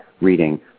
reading